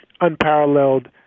unparalleled